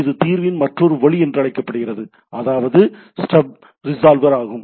இது ஒரு தீர்வின் மற்றொரு வழி என்று அழைக்கப்படுகிறது அதாவது ஸ்டப் ரிஸால்வர் ஆகும்